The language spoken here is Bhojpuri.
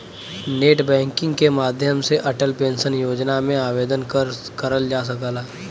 नेटबैंकिग के माध्यम से अटल पेंशन योजना में आवेदन करल जा सकला